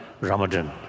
Ramadan